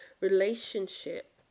relationship